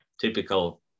typical